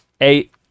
Eight